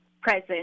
present